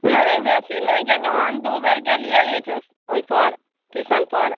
नहि बेसी नहि गेलहुँ हन दू बेर गेलियै ओहि पर स्टेशन पर